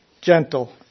gentle